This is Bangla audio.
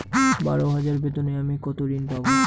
বারো হাজার বেতনে আমি কত ঋন পাব?